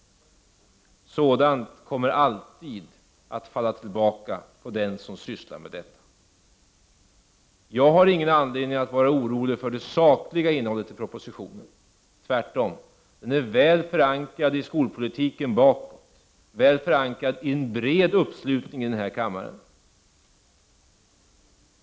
Sådant kommer alltid att falla tillbaka på den som sysslar med den sortens verksamhet. Jag har ingen anledning att vara orolig över det sakliga innehållet i propositionen — tvärtom! Propositionen är väl förankrad i skolpolitiken bakåt och väl förankrad i en bred uppslutning i den här kammaren.